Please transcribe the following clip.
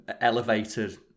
elevated